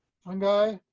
fungi